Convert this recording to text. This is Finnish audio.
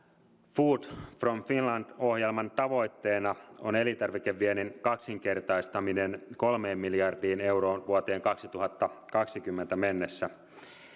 food from finland ohjelman tavoitteena on elintarvikeviennin kaksinkertaistaminen kolmeen miljardiin euroon vuoteen kaksituhattakaksikymmentä mennessä